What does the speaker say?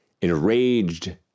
enraged